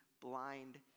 blind